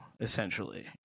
Essentially